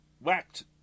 whacked